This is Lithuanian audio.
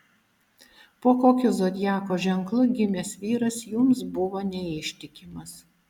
po kokiu zodiako ženklu gimęs vyras jums buvo neištikimas